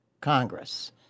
Congress